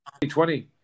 2020